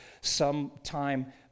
sometime